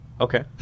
Okay